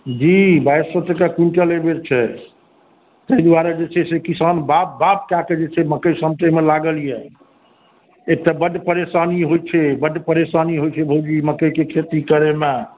जी बाइस सए टके क्विण्टल एहिबेर छै ताहि दुआरे जे छै से किसान बाप बाप कय कऽ जे छै से मकइ समेटयमे लागल यऽ एतऽ बड परेशानी होइ छै बड परेशानी होइ छै भौजी मकइके खेती करैमे